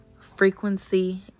Frequency